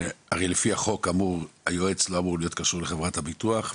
והרי לפי החוק אמור היועץ לא להיות קשור לחברות הביטוח,